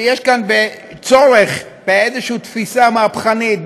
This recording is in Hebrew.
שיש כאן צורך באיזושהי תפיסה מהפכנית,